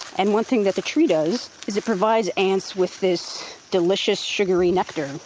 and one thing that the tree does is it provides ants with this delicious sugary nectar,